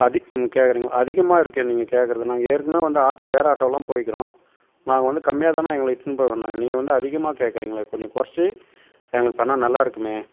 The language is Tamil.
அது நீங்கள் கேட்குறீங்க அதிகமாக இருக்கே நீங்கள் கேட்குறது நாங்கள் ஏற்கனவே வந்த ஆட்டோ வேறு ஆட்டோவெலாம் போயிக்கிறோம் நாங்கள் வந்து கம்மியாதாங்கண்ணா எங்களை இட்டுகின்னு போய் வந்தாங்க நீங்கள் வந்து அதிகமாக கேட்குறீங்களே கொஞ்சம் கொறச்சு எங்களுக்கு பண்ணிணா நல்லா இருக்குமே